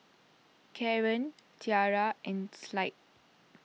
Kaaren Tierra and Clide